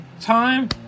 time